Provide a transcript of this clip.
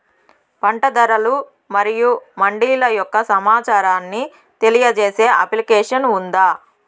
పంట ధరలు మరియు మండీల యొక్క సమాచారాన్ని తెలియజేసే అప్లికేషన్ ఉందా?